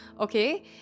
Okay